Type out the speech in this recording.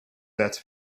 let